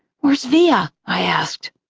where's via? i asked.